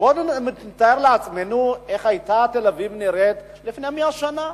בואו נתאר לעצמנו איך תל-אביב נראתה לפני 100 שנה.